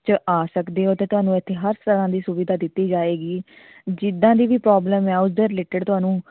'ਚ ਆ ਸਕਦੇ ਹੋ ਅਤੇ ਤੁਹਾਨੂੰ ਇੱਥੇ ਹਰ ਤਰ੍ਹਾਂ ਦੀ ਸੁਵਿਧਾ ਦਿੱਤੀ ਜਾਏਗੀ ਜਿੱਦਾਂ ਦੀ ਵੀ ਪ੍ਰੋਬਲਮ ਹੈ ਉਸਦੇ ਰਿਲੇਟਿਡ ਤੁਹਾਨੂੰ